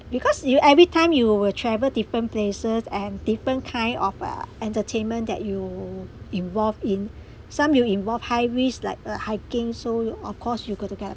because you everytime you will travel different places and different kind of uh entertainment that you involved in some you involve high risk like uh hiking so of course you got to get